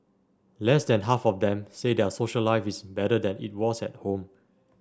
less than half of them say their social life is better than it was at home